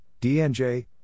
DNJ